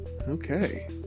Okay